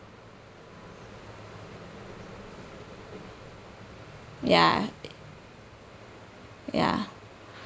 ya ya